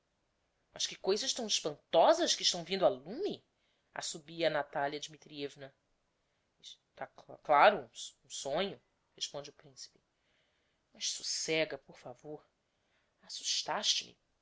mas que coisas tão espantosas que estão vindo a lume assobia a natalia dmitrievna es tá cclaro um sonho responde o principe mas socéga por favor